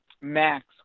Max